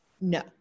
No